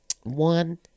One